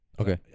Okay